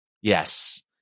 Yes